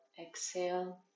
Exhale